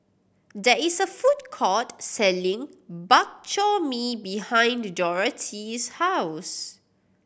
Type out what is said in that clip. there is a food court selling Bak Chor Mee behind the Dorathea's house